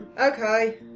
Okay